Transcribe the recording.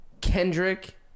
Kendrick